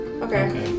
Okay